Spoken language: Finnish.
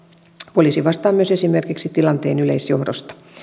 poliisi vastaa myös esimerkiksi tilanteen yleisjohdosta